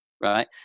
Right